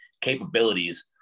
capabilities